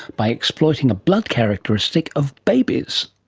by exploiting a blood characteristic of babies.